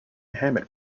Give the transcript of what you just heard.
hammett